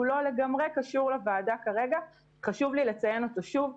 לא לגמרי קשור לוועדה חשוב לי לציין אותו שוב.